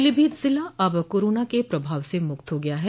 पीलीभीत जिला अब कोरोना के प्रभाव से मुक्त हो गया है